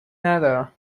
ندارم